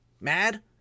mad